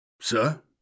Sir